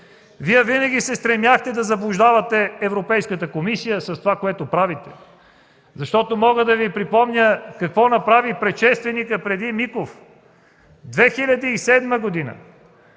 Вие винаги се стремяхте да заблуждавате Европейската комисия с това, което правите. Мога да Ви припомня какво направи предшественикът на Миков. През 2007 г.